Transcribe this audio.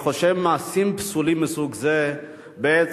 אני חושב שמעשים פסולים מסוג זה בעצם